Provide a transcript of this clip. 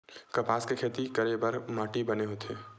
कपास के खेती करे बर का माटी बने होथे?